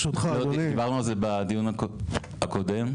דיברנו על זה בדיון הקודם.